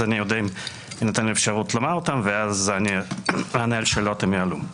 אז אני אודה אם תינתן לי אפשרות לומר אותם ואז אענה על שאלות אם יעלו.